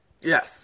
Yes